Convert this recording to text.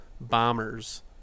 bombers